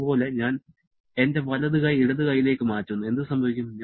ഇതുപോലെ ഞാൻ എന്റെ വലതു കൈ ഇടത് കൈയിലേക്ക് മാറ്റുന്നു എന്ത് സംഭവിക്കും